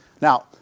Now